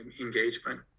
engagement